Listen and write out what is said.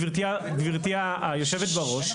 גבירתי היושבת-בראש,